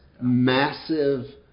massive